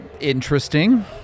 Interesting